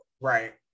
Right